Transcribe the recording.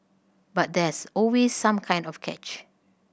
but there's always some kind of catch